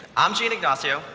i'm gene ignacio,